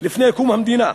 לפני קום המדינה.